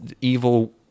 evil